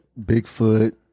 bigfoot